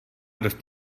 dost